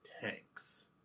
tanks